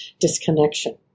disconnection